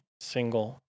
single